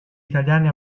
italiani